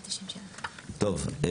טוב,